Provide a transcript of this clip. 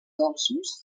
dolços